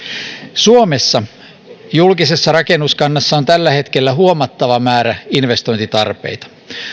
suomessa julkisessa rakennuskannassa on tällä hetkellä huomattava määrä investointitarpeita